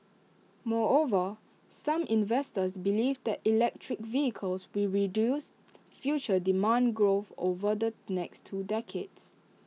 moreover some investors believe that electric vehicles will reduce future demand growth over the next two decades